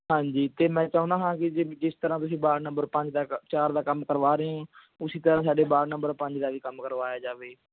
ਹਾਂਜੀ ਅਤੇ ਮੈਂ ਚਾਹੁੰਦਾ ਹਾਂ ਕਿ ਜਿਸ ਤਰ੍ਹਾਂ ਤੁਸੀਂ ਵਾਰਡ ਨੰਬਰ ਪੰਜ ਦਾ ਚਾਰ ਦਾ ਕੰਮ ਕਰਵਾ ਰਹੇ ਹੈ ਉਸ ਤਰ੍ਹਾਂ ਤੁਸੀਂ ਸਾਡੇ ਵਾਰਡ ਨੰਬਰ ਪੰਜ ਦਾ ਵੀ ਕੰਮ ਕਰਵਾਇਆ ਜਾਵੇ